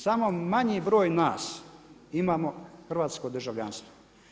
Samo manji broj nas imamo hrvatsko državljanstvo.